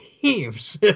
teams